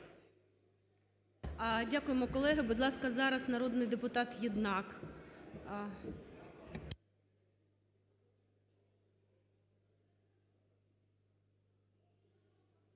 Дякуємо, колеги. Будь ласка, зараз народний депутат Єднак.